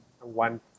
one